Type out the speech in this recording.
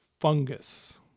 fungus